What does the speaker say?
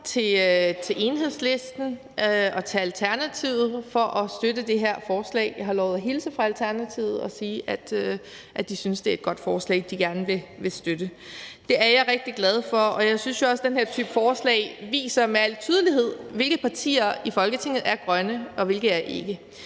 til Enhedslisten og til Alternativet for at støtte det her forslag. Jeg har lovet at hilse fra Alternativet og sige, at de synes, det er et godt forslag, som de gerne vil støtte. Det er jeg rigtig glad for, og jeg synes jo også, at den her type forslag med al tydelighed viser, hvilke partier i Folketinget der er grønne, og hvilke der ikke